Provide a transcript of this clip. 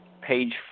page